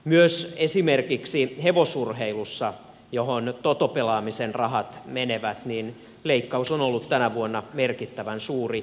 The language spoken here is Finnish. myös esimerkiksi hevosurheilussa johon totopelaamisen rahat menevät leikkaus on ollut tänä vuonna merkittävän suuri